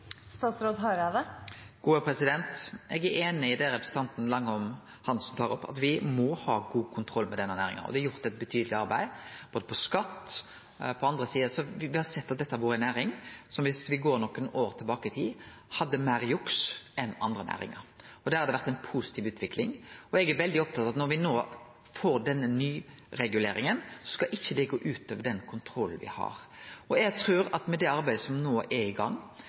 er einig i det representanten Langholm Hansen tar opp, at me må ha god kontroll med denne næringa, og det er gjort eit betydeleg arbeid, bl.a. på skatt. På den andre sida har me sett at dette har vore ei næring som viss me går nokre år tilbake i tid, hadde meir juks enn andre næringar. Der har det vore ei positiv utvikling. Eg er veldig opptatt av at når me no får denne nyreguleringa, skal ikkje det gå ut over den kontrollen me har. Eg trur at med arbeidet som no er i gang,